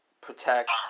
protect